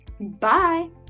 bye